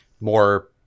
more